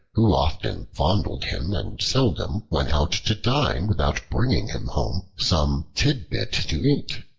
who often fondled him and seldom went out to dine without bringing him home some tidbit to eat.